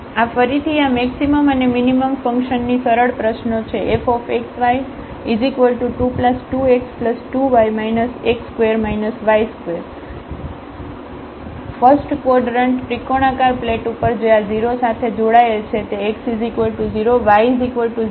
ઠીક છે આ ફરીથી આ મેક્સિમમ અને મીનીમમ ફંકશનની સરળ પ્રશ્નો છે fxy22x2y x2 y2 first quadrant ત્રિકોણાકાર પ્લેટ ઉપર જે આ 0 સાથે જોડાયેલ છે x 0 y 0 ની y9 x લાઇન છે